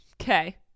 Okay